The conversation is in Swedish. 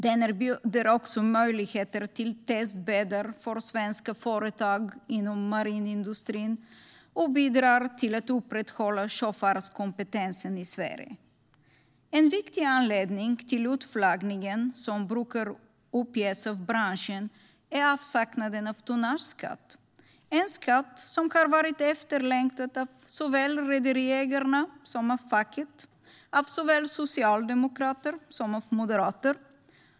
Det erbjuder också möjligheter till testbäddar för svenska företag inom marinindustrin och bidrar till att upprätthålla sjöfartskompetensen i Sverige. En viktig anledning till utflaggningen som brukar uppges av branschen är avsaknaden av tonnageskatt, en skatt som har varit efterlängtad av såväl rederiägarna som facket, av såväl socialdemokrater som moderater.